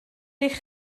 eich